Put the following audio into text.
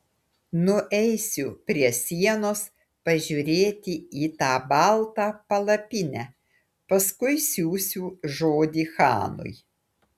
nueisiu prie sienos pažiūrėti į tą baltą palapinę paskui siųsiu žodį chanui